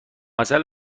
عسل